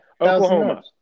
Oklahoma